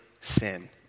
sin